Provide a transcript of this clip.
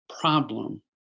problem